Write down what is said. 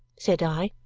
said i.